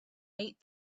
eight